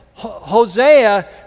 Hosea